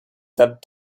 that